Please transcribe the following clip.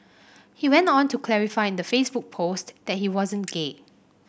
he went on to clarify in the Facebook post that he wasn't gay